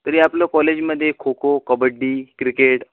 तरी आपल्या कॉलेजमध्ये खोखो कबड्डी क्रिकेट